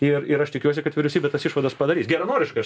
ir ir aš tikiuosi kad vyriausybė tas išvadas padarys geranoriškai aš